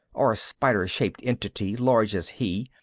or spider-shaped entity large as he,